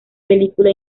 película